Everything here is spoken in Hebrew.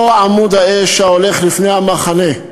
אותו עמוד האש ההולך לפני המחנה,